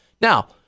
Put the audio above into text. Now